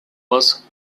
was